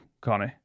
Connie